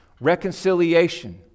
Reconciliation